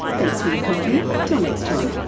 thanks for your company, till next time